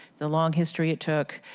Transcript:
the long history it took.